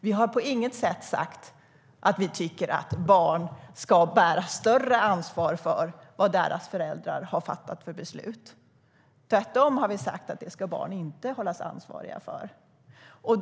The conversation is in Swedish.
Vi har på inget sätt sagt att barn ska bära större ansvar för vad deras föräldrar har fattat för beslut. Tvärtom har vi sagt att det ska barn inte hållas ansvariga för.